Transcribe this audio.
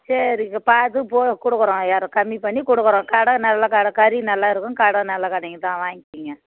சரிங்க பார்த்து போ கொடுக்குறோம் ஏ கம்மி பண்ணி கொடுக்குறோம் கடை நல்ல கடை கறி நல்லா இருக்கும் கடை நல்ல கடைங்க தான் வாங்கிக்கோங்க